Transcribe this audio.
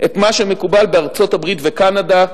את מה שמקובל בארצות-הברית וקנדה,